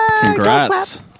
Congrats